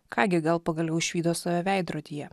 ką gi gal pagaliau išvydo save veidrodyje